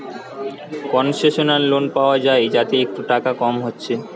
concessional loan পায়া যায় যাতে একটু টাকা কম হচ্ছে